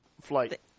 flight